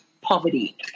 poverty